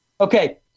okay